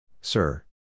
sir